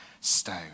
stone